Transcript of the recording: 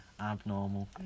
Abnormal